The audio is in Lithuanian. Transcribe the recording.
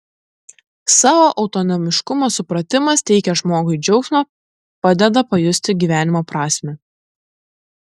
savo autonomiškumo supratimas teikia žmogui džiaugsmą padeda pajusti gyvenimo prasmę